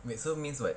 wait so means what